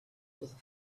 with